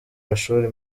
mashuri